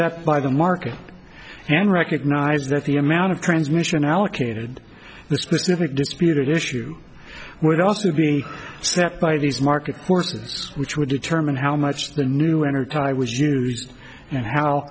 set by the market and recognize that the amount of transmission allocated the specific disputed issue would also be set by these market horses which would determine how much the new energy was used and how